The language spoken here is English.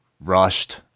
rushed